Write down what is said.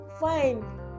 fine